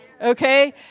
Okay